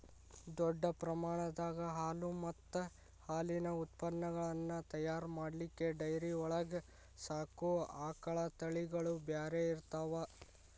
ದೊಡ್ಡ ಪ್ರಮಾಣದಾಗ ಹಾಲು ಮತ್ತ್ ಹಾಲಿನ ಉತ್ಪನಗಳನ್ನ ತಯಾರ್ ಮಾಡ್ಲಿಕ್ಕೆ ಡೈರಿ ಒಳಗ್ ಸಾಕೋ ಆಕಳ ತಳಿಗಳು ಬ್ಯಾರೆ ಇರ್ತಾವ